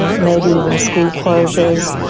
maybe even school closures,